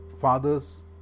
Fathers